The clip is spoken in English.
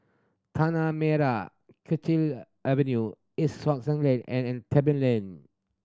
Tanah Merah Kechil Avenue East Sussex Lane and an Tebing Lane